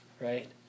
right